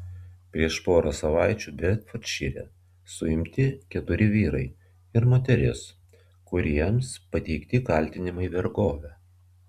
prieš porą savaičių bedfordšyre suimti keturi vyrai ir moteris kuriems pateikti kaltinimai vergove